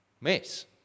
mess